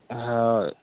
हाँ